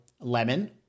lemon